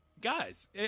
guys